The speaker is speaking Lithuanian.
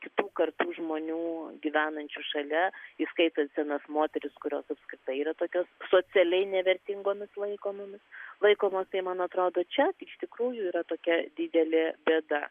kitų kartų žmonių gyvenančių šalia įskaitant senas moteris kurios apskritai yra tokios socialiai nevertingomis laikomomis laikomos tai man atrodo čia iš tikrųjų yra tokia didelė bėda